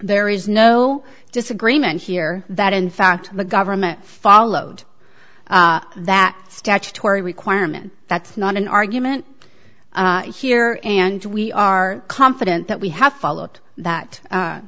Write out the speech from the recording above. there is no disagreement here that in fact the government followed that statutory requirement that's not an argument here and we are confident that we have followed that